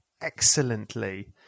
excellently